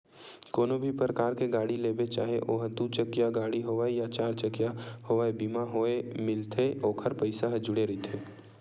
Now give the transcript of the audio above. कोनो भी परकार के गाड़ी लेबे चाहे ओहा दू चकिया गाड़ी होवय या चरचकिया होवय बीमा होय मिलथे ओखर पइसा ह जुड़े रहिथे